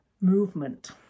movement